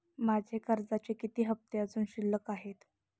माझे कर्जाचे किती हफ्ते अजुन शिल्लक आहेत?